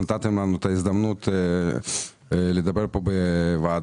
שנתתם לנו את ההזדמנות לדבר פה בוועדה.